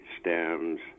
stems